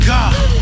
God